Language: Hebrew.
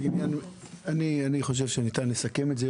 אני חושב שניתן לסכם את זה,